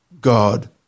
God